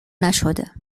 نشده